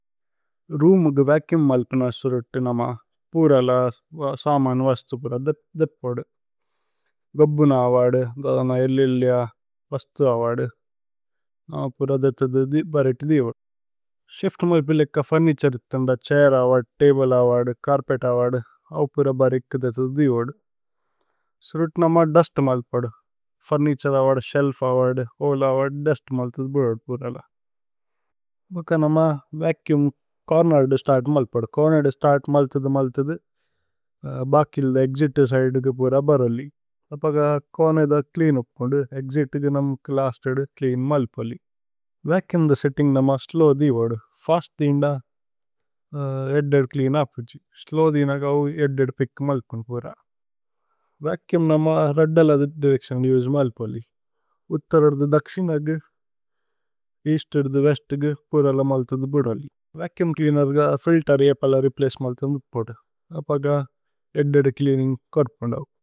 Room ഉഗു vacuum മല്പേന സുരുതി നമ പുരല സമന്। വസ്ഥു പുര ദഥ് പോദു ഗബ്ബുന അവദു। ദോദന ഏല്ലി ഏല്ലിഅ വസ്ഥു അവദു നമ പുര ദഥു। ദിഥി ബരിഥു ദിഥി വോദു ശിഫ്ത് മല്പിലേക്ക ഫുര്നിതുരേ। ഇക്തന്ദ ഛൈര് അവദു തബ്ലേ അവദു ചര്പേത് അവദു അവു। പുര ബരിക്കു ദിഥു ദിഥി വോദു സുരുതി നമ ദുസ്ത്। മല്പോദു ഫുര്നിതുരേ അവദു ശേല്ഫ് അവദു ഹോലേ അവദു ദുസ്ത്। മല്ഥു ദിഥി പുര വോദു പുരല ഭക നമ വചൂമ്। ചോര്നേര് ദിഥു സ്തര്ത് മല്പോദു ചോര്നേര് ദിഥു സ്തര്ത്। മല്ഥു ദിഥു മല്ഥു ദിഥു ബകില് ധ ഏക്സിത് സിദേ। കു പുര ബരല്ലി അപഗ ചോര്നേര് ധ ച്ലേഅന് ഉപ്। മോദു ഏക്സിത് കേ നമ ക്ലസ്തു ദിഥു। ച്ലേഅന് മല്പലി വചൂമ് ധ സേത്തിന്ഗ് നമ സ്ലോവ് ധി। വോദു ഫസ്ത് ധി ന്ദ ഹേഅദ് ധേഅദു ച്ലേഅന് ഹപുഛി സ്ലോവ്। ധി നഗ അവു ഹേഅദ് ധേഅദു പിച്ക് മല്പുനു പുര। വചൂമ് നമ രേദ്ദല ദിഥു ദിരേച്തിഓന് ധി ഉസേ। മല്പലി ഉത്ഥര് അര്ദു ദക്ശിന് അഗു ഏഅസ്ത് ധേ വേസ്ത്। കു പുരല മല്ഥു ധു ബുദലി വചൂമ് ച്ലേഅനേര് ഗ। ഫില്തേര് അഏ പല രേപ്ലചേ മല്ഥു ധു വോദു അപഗ। ഹേഅദ് ധേഅദു ച്ലേഅനിന്ഗ് ചോര്പ് മോദു।